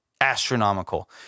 astronomical